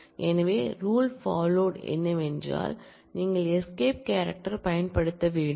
எனவே ரூல் பாலொட் என்னவென்றால் நீங்கள் எஸ்கேப் கேரக்டர் பயன்படுத்த வேண்டும்